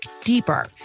deeper